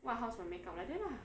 what how's my make up like that lah